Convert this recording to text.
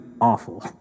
awful